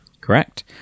Correct